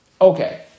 Okay